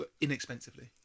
inexpensively